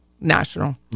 National